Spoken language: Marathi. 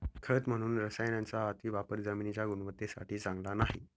खत म्हणून रसायनांचा अतिवापर जमिनीच्या गुणवत्तेसाठी चांगला नाही